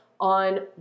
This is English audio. on